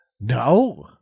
no